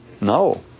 No